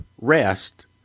rest